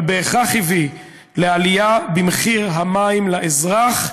אבל בהכרח הביא לעלייה במחיר המים לאזרח,